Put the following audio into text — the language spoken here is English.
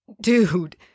dude